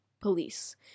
police